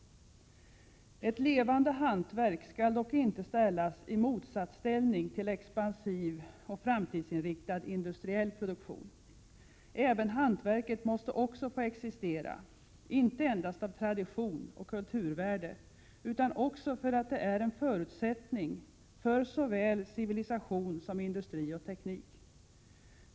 Ett levande hantverk skall dock inte ställas i motsatsställning till expansiv och framtidsinriktad industriell produktion. Även hantverket måste få existera — inte endast av tradition och som kulturvärde utan också för att det är en förutsättning för såväl civilisation som industri och teknik.